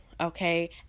okay